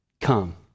Come